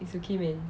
it's okay man